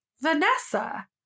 Vanessa